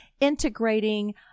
integrating